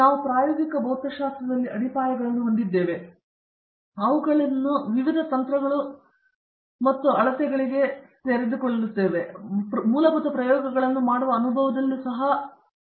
ಮತ್ತು ನಾವು ಪ್ರಾಯೋಗಿಕ ಭೌತಶಾಸ್ತ್ರದಲ್ಲಿ ಅಡಿಪಾಯಗಳನ್ನು ಹೊಂದಿದ್ದೇವೆ ಅದು ಅವುಗಳನ್ನು ವಿವಿಧ ತಂತ್ರಗಳು ಮತ್ತು ಅಳತೆಗಳಿಗೆ ತೆರೆದುಕೊಳ್ಳುತ್ತದೆ ಕೆಲವು ಮೂಲಭೂತ ಪ್ರಯೋಗಗಳನ್ನು ಮಾಡುವ ಅನುಭವದಲ್ಲೂ ಸಹ ಅವರು ಕೆಲವು ಕೈಗಳನ್ನು ಪಡೆಯುತ್ತಾರೆ